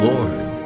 Lord